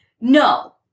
No